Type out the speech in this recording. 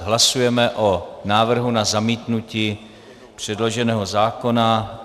Hlasujeme o návrhu na zamítnutí předloženého zákona.